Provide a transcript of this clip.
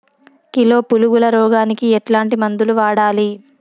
Kilo పులుగుల రోగానికి ఎట్లాంటి మందులు వాడాలి?